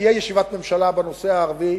ותהיה ישיבת ממשלה בנושא הערבי,